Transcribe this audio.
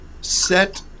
set